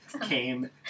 came